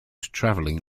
travelling